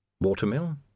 Watermill